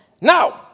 Now